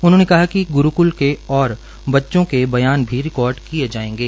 उन्होंने कहा कि गुरूक्ल के और बच्चों के बयान भी रिकॉर्ड किए जाएंगे